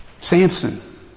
Samson